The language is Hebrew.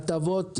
הטבות,